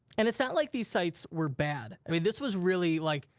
and it's not like these sites were bad. i mean, this was really like,